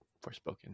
Forspoken